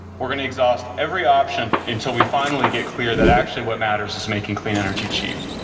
we're going to exhaust every option until we finally get clear that actually what matters is making clean energy cheap.